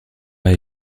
pas